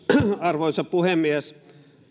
arvoisa puhemies